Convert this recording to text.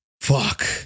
Fuck